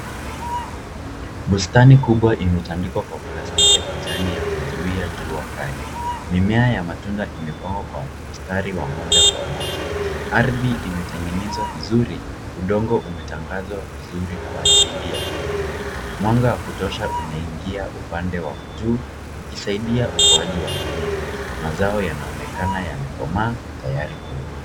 Bustani kubwa imetandikwa kwa plastiki ya kijani ya kuzuia jua kali. Mimea ya matunda imepangwa kwa mstari wa moja kwa moja. Ardhi imetengenezwa vizuri. Udongo umetangazwa vizuri kwa ajili ya kilimo. Mwanga wa kutosha unaingia upande wa juu ukisaidia ukuaji wa mimea. Mazao yanaonekana yamekomaa tayari kuvunwa.